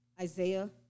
Isaiah